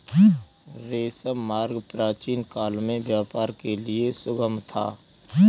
रेशम मार्ग प्राचीनकाल में व्यापार के लिए सुगम था